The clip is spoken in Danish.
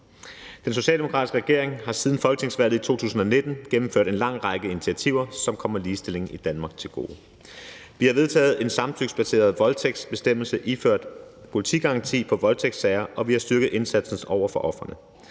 Den socialdemokratiske regering har siden folketingsvalget i 2019 gennemført en lang række initiativer, som kommer ligestillingen i Danmark til gode. Vi har vedtaget en samtykkebaseret voldtægtsbestemmelse og indført politigaranti i voldtægtssager, og vi har styrket indsatsen over for ofrene.